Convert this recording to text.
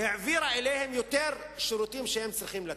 היא העבירה להם יותר שירותים שהם צריכים לתת.